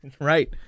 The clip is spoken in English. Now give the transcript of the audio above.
right